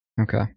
Okay